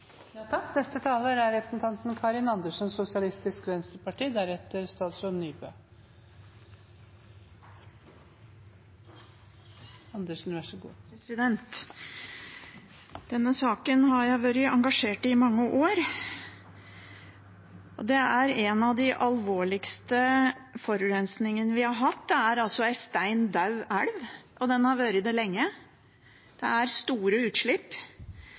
Denne saken har jeg vært engasjert i i mange år. Det er en av de alvorligste forurensningene vi har hatt. Det er altså en steindød elv, og den har vært det lenge. Det er store utslipp.